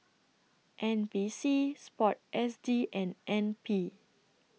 N P C Sport S G and N P